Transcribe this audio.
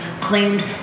claimed